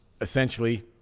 Essentially